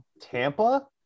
Tampa